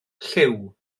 llyw